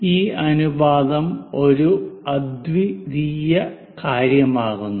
ഈ അനുപാതം ഒരു അദ്വിതീയ കാര്യമാകുന്നു